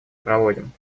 проводим